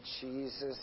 Jesus